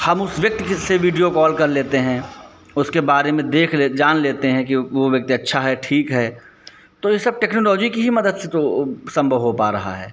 हम उस व्यक्ति से वीडियो कॉल कर लेते हैं उसके बारे में देख ले जान लेते हैं कि वह व्यक्ति अच्छा है ठीक है तो यह सब टेक्नोलोजी की ही मदद से तो संभव हो पा रहा है